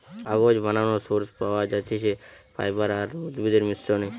কাগজ বানানোর সোর্স পাওয়া যাতিছে ফাইবার আর উদ্ভিদের মিশ্রনে